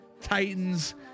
Titans